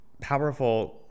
powerful